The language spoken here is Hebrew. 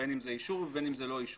בין אם זה אישור ובין אם זה לא אישור.